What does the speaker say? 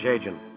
agent